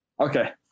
Okay